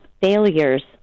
failures